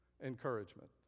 Encouragement